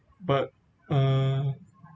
but uh